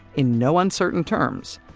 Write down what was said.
in no uncertain terms,